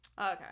okay